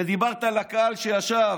ודיברת לקהל שישב.